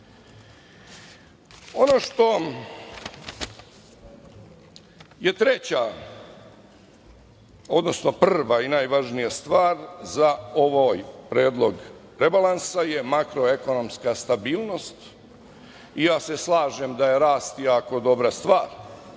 što je treća, odnosno prva i najvažnija stvar za ovaj Predlog rebalansa je makroekonomska stabilnost i ja se slažem da je rast jako dobra stvar,